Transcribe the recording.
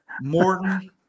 Morton